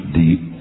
deep